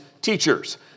teachers